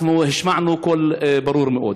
השמענו קול ברור מאוד.